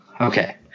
Okay